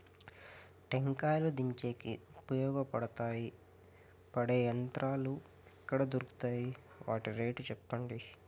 టెంకాయలు దించేకి ఉపయోగపడతాయి పడే యంత్రాలు ఎక్కడ దొరుకుతాయి? వాటి రేట్లు చెప్పండి?